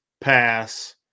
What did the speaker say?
pass